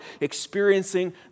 experiencing